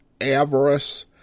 avarice